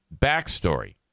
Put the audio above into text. backstory